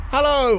Hello